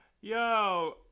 Yo